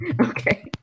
Okay